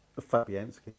Fabianski